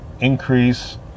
increase